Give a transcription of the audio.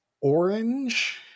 orange